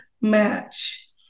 match